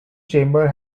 chamber